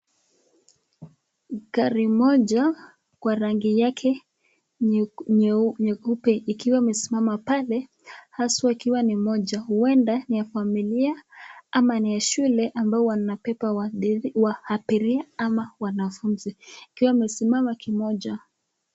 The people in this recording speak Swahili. Gari moja kwa rangi yake nyeupe ikiwa imesimama pale haswa ikiwa ni moja. Ueda ni ya familia ama ni ya shule ambao wanabeba wabiria ama wanafuzi, ikiwa imesimama kimoja.